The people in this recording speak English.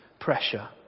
pressure